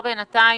בינתיים,